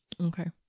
Okay